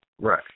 Right